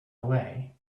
away